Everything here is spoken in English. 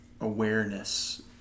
awareness